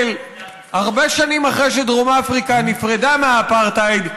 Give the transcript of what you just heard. הרבה שנים אחרי שדרום אפריקה נפרדה מהאפרטהייד,